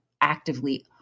actively